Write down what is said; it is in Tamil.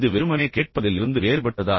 வெறுமனே கேட்பதில் இருந்து வேறுபட்டதா